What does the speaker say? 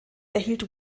erhielt